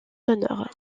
d’honneur